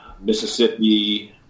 Mississippi